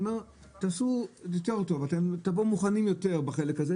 בתחום המזון זה בכל אופן עלייה חזקה.